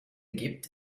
gibt